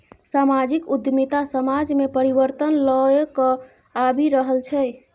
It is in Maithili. समाजिक उद्यमिता समाज मे परिबर्तन लए कए आबि रहल छै